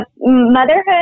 motherhood